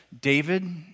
David